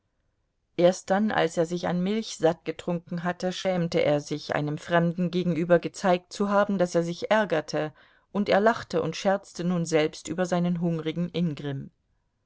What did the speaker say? erst dann als er sich an milch satt getrunken hatte schämte er sich einem fremden gegenüber gezeigt zu haben daß er sich ärgerte und er lachte und scherzte nun selbst über seinen hungrigen ingrimm